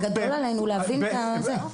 זה גדול עלינו להבין את זה.